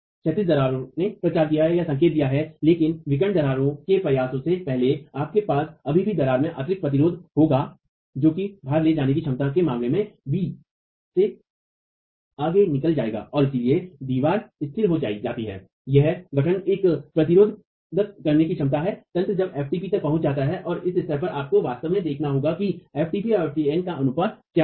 क्षैतिज दरार ने प्रचार किया है या संकेत दिया है लेकिन विकर्ण दरारों के प्रसार से पहले आपके पास अभी भी दीवार में अतिरिक्त प्रतिरोध होगा जो भार ले जाने की क्षमता के मामले में b से आगे निकल जाएगा और इसलिए दीवार स्थिर हो जाती है यह गठन तक प्रतिरोध करने में सक्षम है तंत्र जब f tp तक पहुँच जाता है और इस स्तर पर आपको वास्तव में देखना होगा कि ftp से ftn का अनुपात क्या है